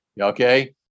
Okay